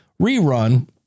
rerun